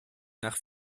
nach